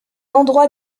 endroit